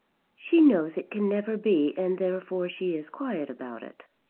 she knows it can never be, and therefore she is quiet about it.